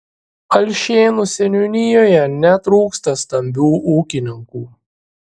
alšėnų seniūnijoje netrūksta stambių ūkininkų